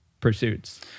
pursuits